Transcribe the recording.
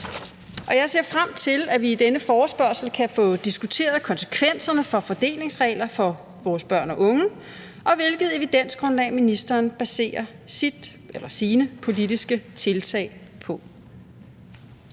jeg ser frem til, at vi i denne forespørgsel kan få diskuteret konsekvenserne af fordelingsregler for vores børn og unge, og hvilket vidensgrundlag ministeren baserer sine politiske tiltag på.